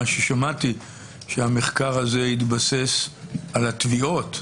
המחקר הזה התבסס על התביעות,